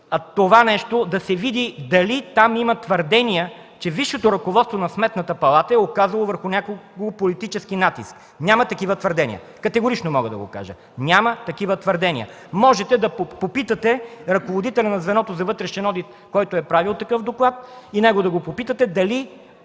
обсъден и да се види дали там има твърдения, че висшето ръководство на Сметната палата е оказало върху някого политически натиск. Няма такива твърдения, мога да го кажа категорично. Няма такива твърдения! Можете да попитате ръководителя на звеното за вътрешен одит, който е правил такъв доклад, дали има подобни данни